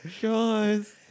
guys